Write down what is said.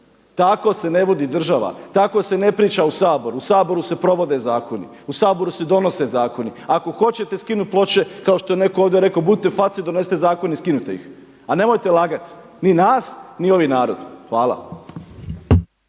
Tako se ne vodi država, tako se ne priča u Saboru, u Saboru se provode zakoni, u Saboru se donose zakoni. Ako hoćete skinut ploče kako što je netko ovdje rekao budite face i donesite zakon i skinite ih a nemojte lagat ni nas, ni ovaj narod. Hvala.